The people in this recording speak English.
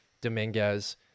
Dominguez